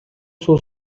суу